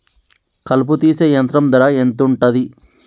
కలుపు తీసే యంత్రం ధర ఎంతుటది?